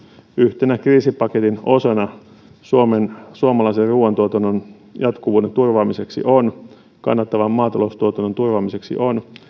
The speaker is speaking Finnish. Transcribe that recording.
yhtenä kriisipaketin osana on suomalaisen ruuantuotannon jatkuvuuden turvaamiseksi kannattavan maataloustuotannon turvaamiseksi